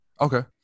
Okay